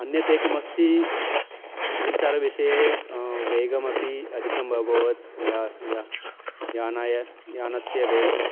अन्यत् एकमस्ति सञ्चारविषये वेगमपि अधिकम् अभवत् या या यानाय यानस्य वेगः